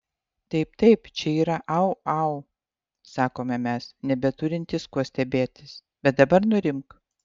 taip taip čia yra au au sakome mes nebeturintys kuo stebėtis bet dabar nurimk